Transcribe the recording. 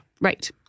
Right